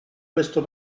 questo